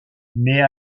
mais